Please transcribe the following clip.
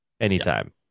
anytime